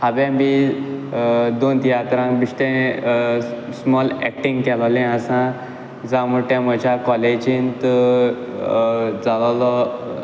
हांवे बी दोन तियात्रांक बिश्टें स्मोल एक्टिंग केलोलें आसा जावं मूट तें म्हुज्या कॉलेजींत जालोलो